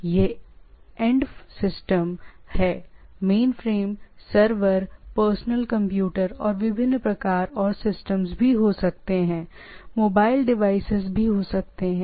तोयह end system है right end system mainframe server personal computer और विभिन्न प्रकार की चीजें हो सकती हैं मोबाइल डिवाइस और इतने पर और आगे भी हो सकते हैं